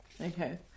Okay